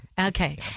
Okay